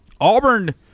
Auburn –